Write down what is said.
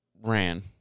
ran